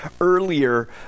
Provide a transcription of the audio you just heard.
earlier